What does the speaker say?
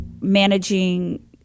managing